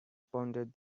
pondered